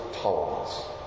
tolerance